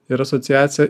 ir asociacija